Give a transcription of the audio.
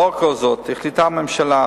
לאור כל זאת החליטה הממשלה,